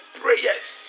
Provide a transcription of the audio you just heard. prayers